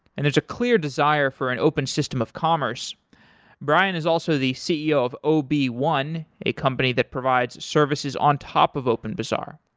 and there's a clear desire for an open system of commerce brian is also the ceo of o b one, a company that provides services on top of openbazaar.